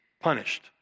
punished